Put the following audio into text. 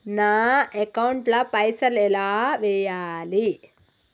నా అకౌంట్ ల పైసల్ ఎలా వేయాలి?